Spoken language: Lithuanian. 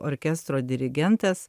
orkestro dirigentas